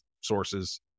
sources